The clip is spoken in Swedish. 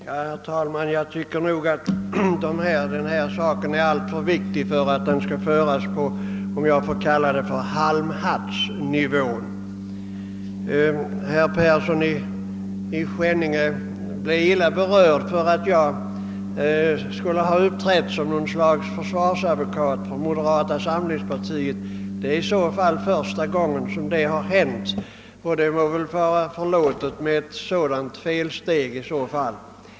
Herr talman! Jag tycker nog att denna sak är alltför viktig för att debatten skall föras på »halmhattsnivå». Herr Persson i Skänninge blev illa berörd över att jag skulle ha uppträtt som något slags försvarsadvokat för moderata samlingspartiet. Det är i så fall första gången detta har hänt, och ett sådant felsteg må vara förlåtet.